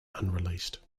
unreleased